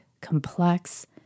complex